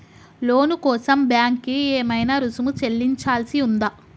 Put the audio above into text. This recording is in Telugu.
లోను కోసం బ్యాంక్ కి ఏమైనా రుసుము చెల్లించాల్సి ఉందా?